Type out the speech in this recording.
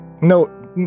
No